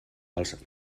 als